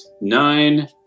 nine